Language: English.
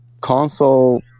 console